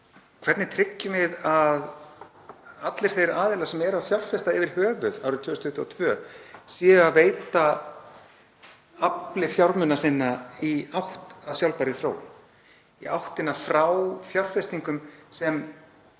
Hvernig tryggjum við að allir þeir aðilar sem eru að fjárfesta yfir höfuð árið 2022 veiti afli fjármuna sinna í átt að sjálfbærri þróun, í átt frá fjárfestingum sem